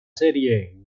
serie